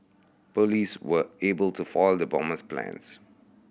police were able to foil the bomber's plans